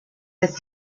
his